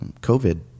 COVID